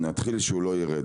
נתחיל בזה שהוא לא יירד.